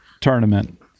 tournament